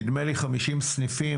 נדמה לי 50 סניפים.